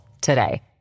today